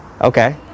Okay